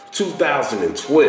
2012